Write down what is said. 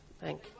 Thank